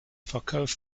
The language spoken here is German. verkauf